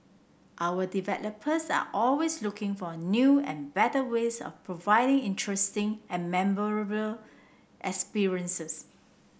our developers are always looking for new and better ways of providing interesting and memorable experiences